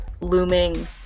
looming